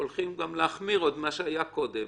הולכים להחמיר לעומת מה שהיה קודם.